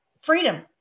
freedom